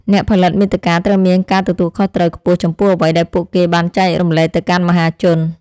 អ្នកផលិតមាតិកាត្រូវមានការទទួលខុសត្រូវខ្ពស់ចំពោះអ្វីដែលពួកគេបានចែករំលែកទៅកាន់មហាជន។